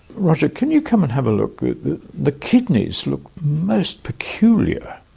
roger, can you come and have a look? the kidneys look most peculiar.